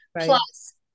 Plus